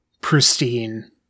pristine